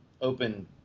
open